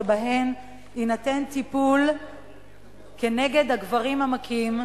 שבהן יינתן טיפול כנגד הגברים המכים,